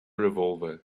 revolver